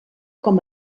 com